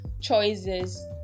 choices